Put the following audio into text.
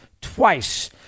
twice